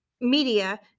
media